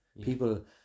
people